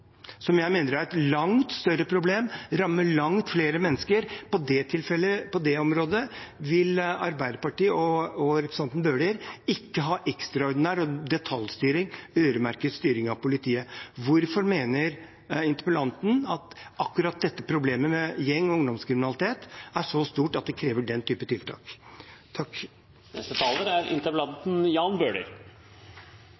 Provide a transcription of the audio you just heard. som jeg mener er et langt større problem, som rammer langt flere mennesker. På det området vil Arbeiderpartiet og representanten Bøhler ikke ha ekstraordinær detaljstyring og øremerket styring av politiet. Hvorfor mener interpellanten at akkurat problemet med gjeng- og ungdomskriminalitet er så stort at det krever den typen tiltak?